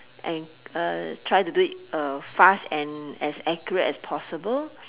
and uh try to do it uh fast and as accurate as possible